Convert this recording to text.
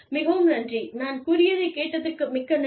மிகவும் நன்றி நான் கூறியதைக் கேட்டதற்கு மிக்க நன்றி